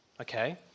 okay